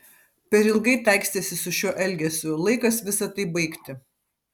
per ilgai taikstėsi su šiuo elgesiu laikas visa tai baigti